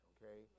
Okay